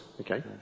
Okay